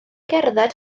gerdded